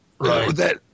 Right